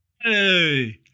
Hey